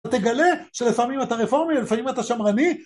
ותגלה שלפעמים אתה רפורמי ולפעמים אתה שמרני